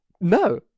No